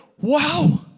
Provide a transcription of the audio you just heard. wow